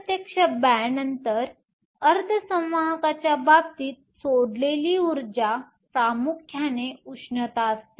अप्रत्यक्ष बॅण्ड अंतर अर्धसंवाहकाच्या बाबतीत सोडलेली उर्जा प्रामुख्याने उष्णता असते